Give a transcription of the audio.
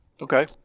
okay